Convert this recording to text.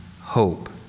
hope